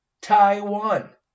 Taiwan